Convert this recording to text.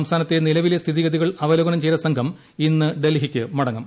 സംസ്ഥാനത്തെ നിലവിലെ സ്ഥിതിഗതികൾ അവലോകനം ചെയ്ത സംഘം ഇന്ന് ഡൽഹിയ്ക്ക് മടങ്ങും